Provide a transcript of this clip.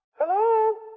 Hello